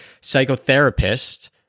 psychotherapist